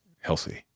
healthy